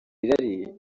irari